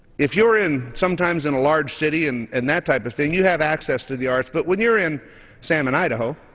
if you're in, sometimes in a large city and and that type of thing, you have access to the arts. but when you're in so and and the